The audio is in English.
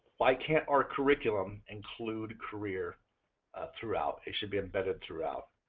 why can't our curriculum include career ah throughout? it should be embedded throughout,